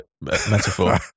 metaphor